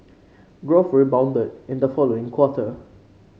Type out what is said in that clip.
growth rebounded in the following quarter